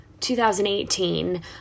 2018